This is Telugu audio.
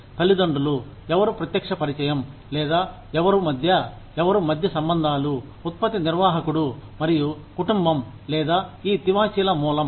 తల్లిదండ్రులు ఎవరు ప్రత్యక్ష పరిచయం లేదా ఎవరు మధ్య ఎవరు మధ్య సంబంధాలు ఉత్పత్తి నిర్వాహకుడు మరియు కుటుంబం లేదా ఈ తివాచీల మూలం